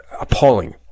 appalling